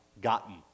gotten